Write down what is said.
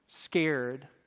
scared